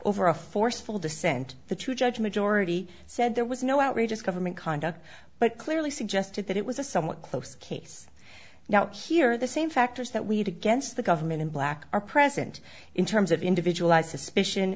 over a forceful dissent the two judge majority said there was no outrageous government conduct but clearly suggested that it was a somewhat close case now here are the same factors that we had against the government in black are present in terms of individualized suspicion